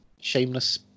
shameless